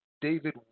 David